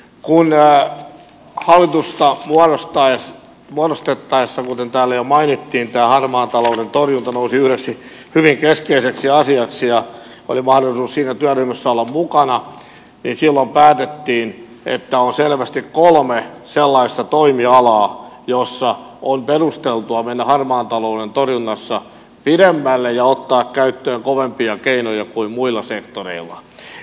kun hallitusta muodostettaessa kuten täällä jo mainittiin tämä harmaan talouden torjunta nousi yhdeksi hyvin keskeiseksi asiaksi ja oli mahdollisuus siinä työryhmässä olla mukana niin silloin päätettiin että on selvästi kolme sellaista toimialaa jossa on perusteltua mennä harmaan talouden torjunnassa pidemmälle ja ottaa käyttöön kovempia keinoja kuin muilla sektoreilla